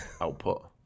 output